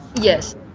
Yes